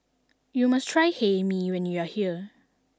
you must try Hae Mee when you are here